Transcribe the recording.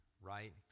right